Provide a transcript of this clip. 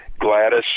Gladys